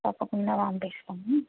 తప్పకుండ పంపిస్తాము